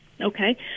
Okay